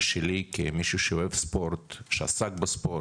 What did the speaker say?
שלי כמישהו שאוהב ספורט, שעסק בספורט,